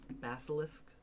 basilisk